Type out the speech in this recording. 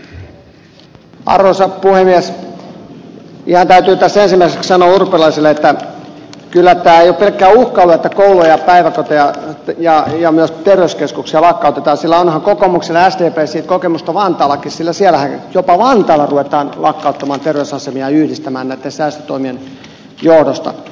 ihan täytyy tässä ensimmäiseksi sanoa urpilaiselle että ei tämä kyllä ole pelkkää uhkailua että kouluja päiväkoteja ja myös terveyskeskuksia lakkautetaan sillä onhan kokoomuksella ja sdpllä siitä kokemusta vantaallakin sillä jopa vantaalla ruvetaan lakkauttamaan ja yhdistämään terveysasemia näitten säästötoimien johdosta